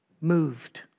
moved